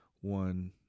one